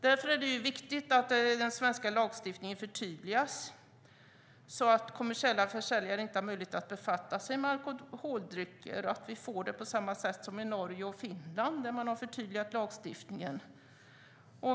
Därför är det viktigt att den svenska lagstiftningen förtydligas så att kommersiella försäljare inte har möjlighet att befatta sig med alkoholdrycker och att vi får det på samma sätt som i Norge och Finland. Där har man förtydligat lagstiftningen.